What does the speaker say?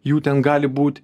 jų ten gali būti